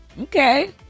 okay